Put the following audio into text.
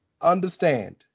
Understand